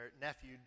nephew